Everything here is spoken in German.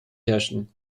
beherrschten